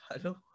hello